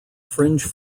fringe